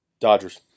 dodgers